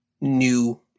new